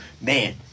man